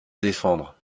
défendre